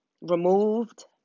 removed